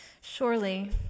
Surely